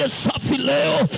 safileo